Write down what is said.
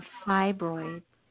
fibroids